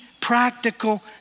practical